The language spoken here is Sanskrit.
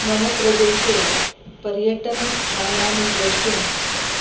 मम प्रदेशे पर्यटनस्थानानि द्रष्टुं